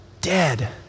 dead